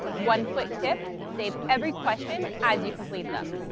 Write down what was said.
one quick tip save every question as you complete them.